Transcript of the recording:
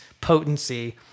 potency